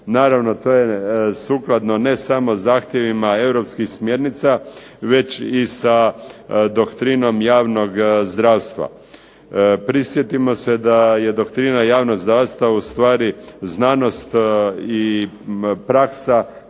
Naravno, to je sukladno ne samo zahtjevima europskih smjernica već i sa doktrinom javnog zdravstva. Prisjetimo se da je doktrina javnog zdravstva ustvari znanost i praksa